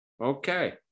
Okay